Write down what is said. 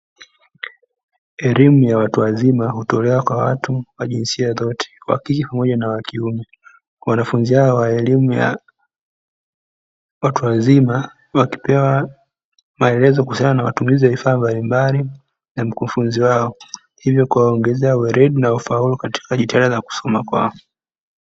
Elimu ya watu wazima hutolewa kwa watu wa jinsia zote wakike pamoja na wakiume. Wanafunzi hawa wa elimu ya watu wazima wakipewa maelezo kuhusiana na matumizi ya vifaa mbalimbali, na mkufunzi wao hivyo kuwaongezea weledi na ufaulu katika jitihada za kusoma kwao.